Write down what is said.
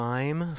Time